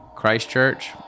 Christchurch